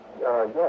yes